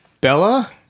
Bella